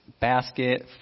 basket